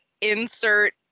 insert